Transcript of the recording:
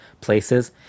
places